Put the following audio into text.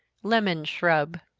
lemon shrub.